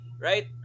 right